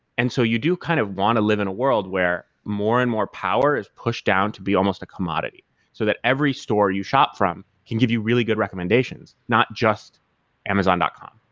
and so you do kind of want to live in a world where more and more power is pushed down to be almost a commodity so that every store you shop from can give you really good recommendations, not just amazon dot com,